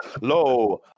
Lo